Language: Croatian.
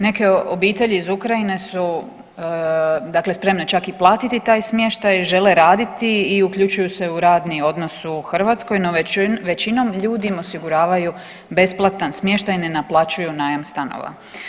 Neke obitelji iz Ukrajine su dakle spremne čak i platiti taj smještaj, žele raditi i uključuju se u radni odnos u Hrvatskoj, no većinom ljudi im osiguravaju besplatan smještaj, ne naplaćuju najam stanova.